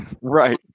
right